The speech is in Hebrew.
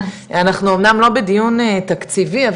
אנחנו אמנם לא בדיון תקציבי,